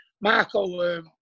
Marco